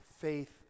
faith